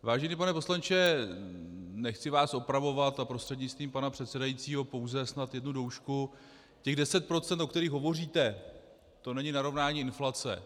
Vážený pane poslanče, nechci vás opravovat a prostřednictvím pana předsedajícího snad pouze jednu doušku těch deset procent, o kterých hovoříte, to není narovnání inflace.